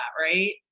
Right